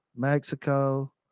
Mexico